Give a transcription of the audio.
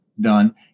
done